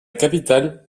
capitale